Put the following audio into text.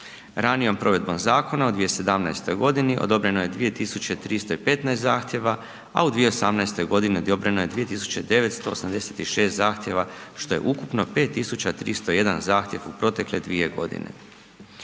Ranijom provedbom zakona u 2017. godini odobreno je 2315 zahtjeva, a u 2018. g. odobreno je 2986 zahtjeva, što je ukupno 5301 zahtjev u protekle 2 godine.